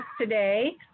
today